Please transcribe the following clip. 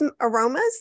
aromas